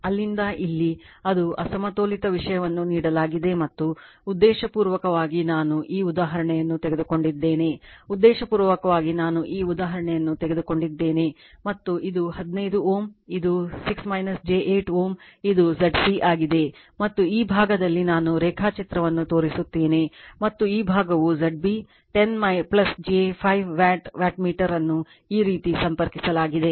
ಆದ್ದರಿಂದ ಇಲ್ಲಿ ಅದು ಅಸಮತೋಲಿತ ವಿಷಯವನ್ನು ನೀಡಲಾಗಿದೆ ಮತ್ತು ಉದ್ದೇಶಪೂರ್ವಕವಾಗಿ ನಾನು ಈ ಉದಾಹರಣೆಯನ್ನು ತೆಗೆದುಕೊಂಡಿದ್ದೇನೆ ಉದ್ದೇಶಪೂರ್ವಕವಾಗಿ ನಾನು ಈ ಉದಾಹರಣೆಯನ್ನು ತೆಗೆದುಕೊಂಡಿದ್ದೇನೆ ಮತ್ತು ಇದು 15 Ω ಇದು 6 j 8 Ω ಅದು Zc ಆಗಿದೆ ಮತ್ತು ಈ ಭಾಗದಲ್ಲಿ ನಾನು ರೇಖಾಚಿತ್ರವನ್ನು ತೋರಿಸುತ್ತೇನೆ ಮತ್ತು ಈ ಭಾಗವು Zb 10 j 5 ವ್ಯಾಟ್ ವ್ಯಾಟ್ಮೀಟರ್ ಅನ್ನು ಈ ರೀತಿ ಸಂಪರ್ಕಿಸಲಾಗಿದೆ